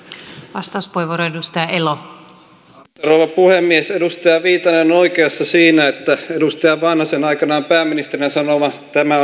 arvoisa rouva puhemies edustaja viitanen on oikeassa siinä että edustaja vanhasen aikanaan pääministerinä sanoma tämä